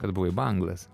kad buvai banglas